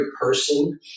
person